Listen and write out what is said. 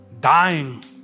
dying